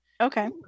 Okay